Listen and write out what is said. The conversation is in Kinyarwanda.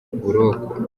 buroko